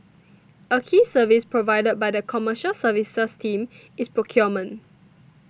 a key service provided by the Commercial Services team is procurement